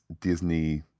Disney